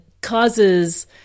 causes